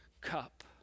cup